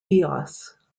eos